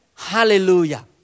Hallelujah